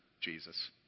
Jesus